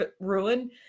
ruin